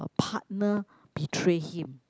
partner betray him